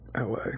LA